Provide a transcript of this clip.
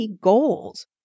goals